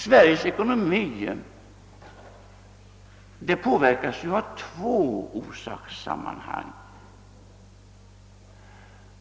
Sveriges ekonomi påverkas ju av två orsakssammanhang.